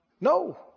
No